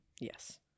Yes